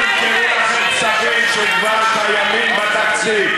ימכרו לכם כספים שכבר קיימים בתקציב.